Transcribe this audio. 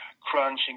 crunching